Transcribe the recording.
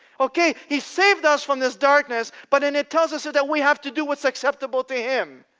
okay, he saved us from this darkness but then it tells us that we have to do what's acceptable to him.